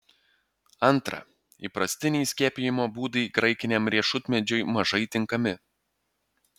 antra įprastiniai skiepijimo būdai graikiniam riešutmedžiui mažai tinkami